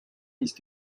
ist